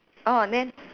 orh then